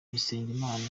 bisengimana